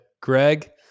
Greg